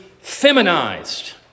feminized